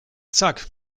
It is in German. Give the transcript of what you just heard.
zack